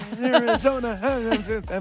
Arizona